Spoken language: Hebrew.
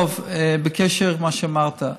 דב, בקשר למה שאמרת.